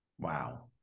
Wow